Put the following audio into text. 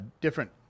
different